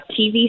TV